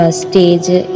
stage